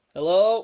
Hello